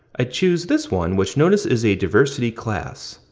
i choose this one, which notice is a diversity class.